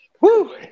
Woo